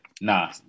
nah